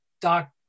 Doc